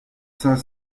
cinq